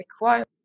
required